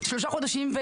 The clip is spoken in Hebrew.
שלושה חודשים,